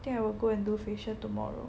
think I will go and do facial tomorrow